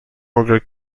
morgan